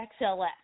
XLS